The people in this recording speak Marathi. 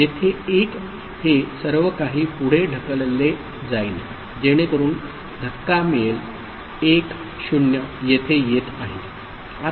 येथे 1 हे सर्व काही पुढे ढकलले जाईल जेणेकरून धक्का मिळेल 1 0 येथे येत आहे